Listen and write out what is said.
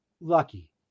lucky